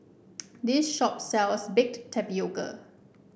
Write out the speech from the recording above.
this shop sells Baked Tapioca